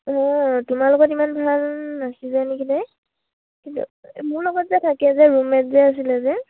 অঁ তোমাৰ লগত ইমান ভাল নাছিলে নেকি তাই কিন্তু মোৰ লগত যে থাকে যে ৰুম মেট যে আছিলে যে